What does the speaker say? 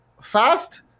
fast